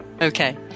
Okay